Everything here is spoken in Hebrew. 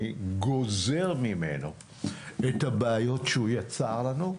אני גוזר ממנו את הבעיות שהוא יצר לנו,